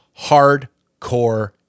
Hardcore